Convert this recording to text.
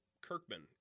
Kirkman